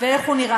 ואתה שלם עם זה?